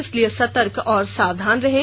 इसलिए सतर्क और सावधान रहें